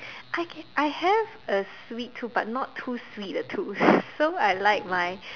I have a sweet tooth but not so sweet the tooth so I like my